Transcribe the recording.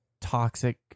toxic